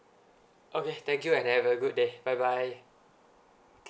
okay thank you and have a good day bye bye